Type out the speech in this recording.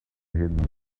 hidden